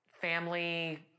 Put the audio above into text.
family